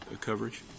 coverage